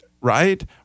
right